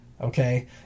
okay